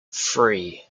three